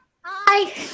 Hi